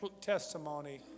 testimony